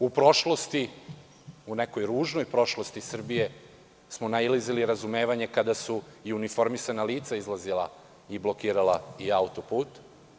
U nekoj ružnoj prošlosti Srbije smo nalazili razumevanje kada su i uniformisana lica izlazila i blokirala i autoput.